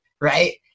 right